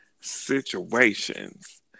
situations